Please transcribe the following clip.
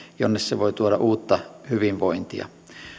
jonne se voi tuoda uutta hyvinvointia